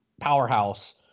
powerhouse